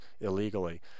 illegally